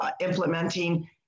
implementing